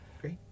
Great